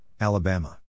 Alabama